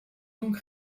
donc